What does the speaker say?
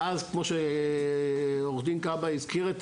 ואז כמו שעוה"ד כבהה הזכיר את